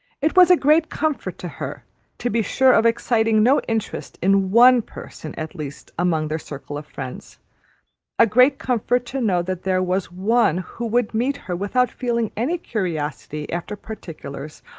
it was a great comfort to her to be sure of exciting no interest in one person at least among their circle of friends a great comfort to know that there was one who would meet her without feeling any curiosity after particulars,